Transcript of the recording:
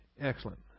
Excellent